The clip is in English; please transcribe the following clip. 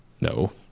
No